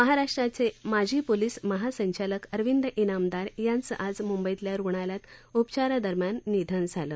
महाराष्ट्राचे माजी पोलीस महासंचालक अरविंद इनामदार यांचं आज मुंबईतल्या रुग्णालयात उपचारादरम्यान निधन झालं